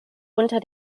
unter